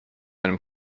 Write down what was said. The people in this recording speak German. einem